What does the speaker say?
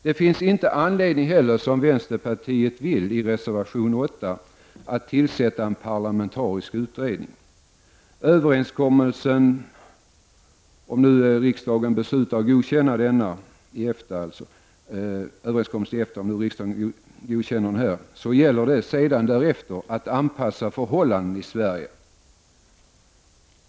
Det finns heller ingen anledning, vilket vänsterpartiet vill i reservation 8, att tillsätta en parlamentarisk utredning. Om riksdagen godkänner överenskommelsen i EFTA gäller det sedan att anpassa förhållandena i Sverige därefter.